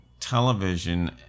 television